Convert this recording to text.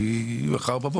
כי הוא יגיע לשם מחר בבוקר.